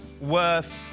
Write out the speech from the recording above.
worth